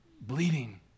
bleeding